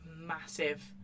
massive